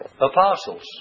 apostles